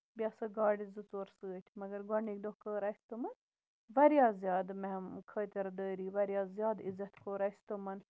بیٚیہِ آسَکھ گاڈِ زٕ ژور سۭتۍ مَگر گۄڈٕنِکۍ دۄہ کٔر اَسہِ تِمَن واریاہ زیادٕ مہم خٲطِر دٲری واریاہ زیادٕ عِزَت کوٚر اَسہِ تِمَن